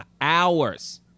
hours